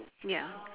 ya